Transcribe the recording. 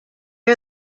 are